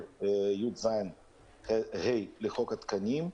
התקנות מדברות על סעיף 16יז(ה) לחוק התקנים,